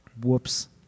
Whoops